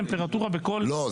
שבו העוצמה --- לא,